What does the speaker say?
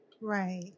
Right